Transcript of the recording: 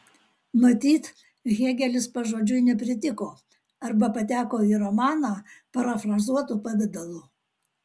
matyt hėgelis pažodžiui nepritiko arba pateko į romaną parafrazuotu pavidalu